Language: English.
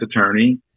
attorney